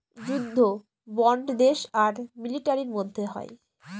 যুদ্ধ বন্ড দেশ আর মিলিটারির মধ্যে হয়